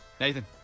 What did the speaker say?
Nathan